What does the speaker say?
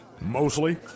Mostly